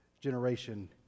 generation